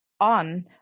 on